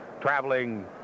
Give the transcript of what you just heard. traveling